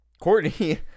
Courtney